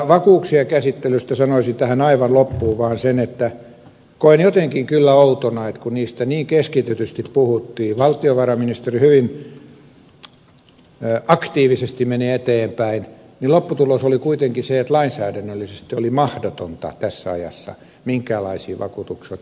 vakuuksien käsittelystä sanoisin tähän aivan loppuun vaan sen että koen jotenkin kyllä outona kun niistä niin keskitetysti puhuttiin valtiovarainministeri hyvin aktiivisesti meni eteenpäin että lopputulos oli kuitenkin se että lainsäädännöllisesti oli mahdotonta tässä ajassa minkäänlaisiin vakuutuksiin ottaa kantaa